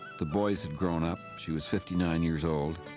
the boys had grown up, she was fifty nine years old.